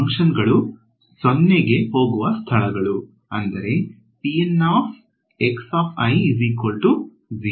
function ಗಳು 0 ಗೆ ಹೋಗುವ ಸ್ಥಳಗಳು ಅಂದರೆ